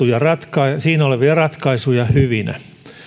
ja siinä olevia ratkaisuja hyvinä